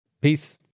Peace